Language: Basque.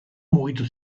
mugitu